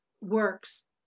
works